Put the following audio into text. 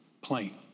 plane